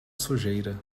sujeira